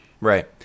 Right